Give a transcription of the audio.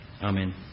Amen